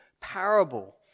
parable